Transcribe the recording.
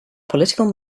political